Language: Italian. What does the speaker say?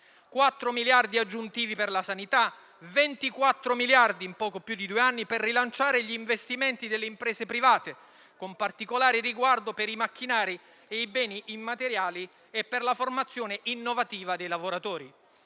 4 miliardi aggiuntivi per la sanità; 24 miliardi in poco più di due anni per rilanciare gli investimenti delle imprese private, con particolare riguardo per i macchinari, i beni immateriali e per la formazione innovativa dei lavoratori.